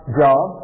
job